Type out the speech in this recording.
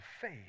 faith